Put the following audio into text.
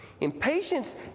Impatience